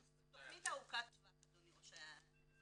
זו תכנית ארוכת טווח, אדוני יו"ר הוועדה.